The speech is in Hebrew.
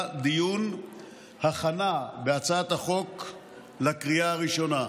דיון בהצעת החוק להכנה לקריאה הראשונה.